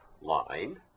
line